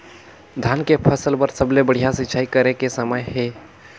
धान के फसल बार सबले बढ़िया सिंचाई करे के समय हे?